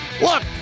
Look